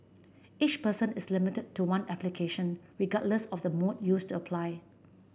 each person is limited to one application regardless of the mode used to apply